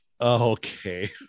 Okay